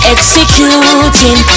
Executing